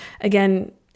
Again